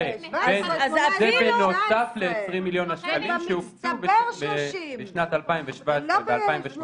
זה בנוסף ל-20 מיליון השקלים שהוקצו בשנת 2017 ו-2018